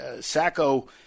Sacco